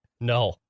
No